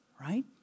right